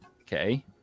okay